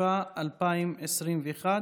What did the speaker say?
התשפ"א 2021,